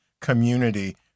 community